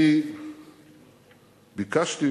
אני ביקשתי